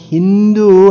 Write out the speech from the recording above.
Hindu